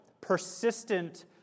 persistent